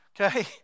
Okay